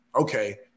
okay